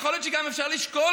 יכול להיות שגם אפשר לשקול,